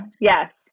Yes